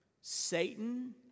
Satan